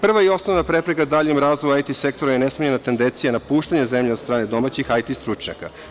Prva i osnovna prepreka daljem razvoju IT sektora je nesmanjena tendencija napuštanja zemlje od strane domaćih IT stručnjaka.